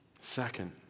Second